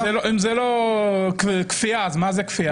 אם זו לא כפייה, אז מה זו כפייה?